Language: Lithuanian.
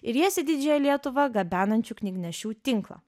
ir jas į didžiąją lietuvą gabenančių knygnešių tinklą